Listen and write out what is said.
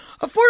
Affordable